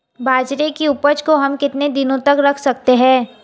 बाजरे की उपज को हम कितने दिनों तक रख सकते हैं?